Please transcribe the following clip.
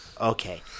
okay